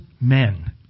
men